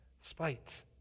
Spite